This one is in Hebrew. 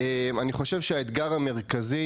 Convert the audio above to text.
אני חושב שהאתגר המרכזי